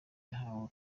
yahawe